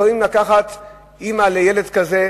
יכולים לקחת אמא לילד כזה,